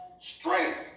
strength